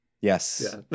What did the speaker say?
yes